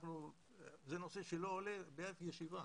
זה נושא שלא עולה באף ישיבה,